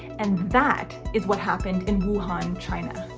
and that is what happened in wuhan, china.